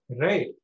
right